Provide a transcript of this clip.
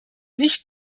nicht